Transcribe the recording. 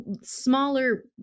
smaller